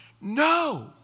No